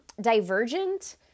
divergent